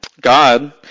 God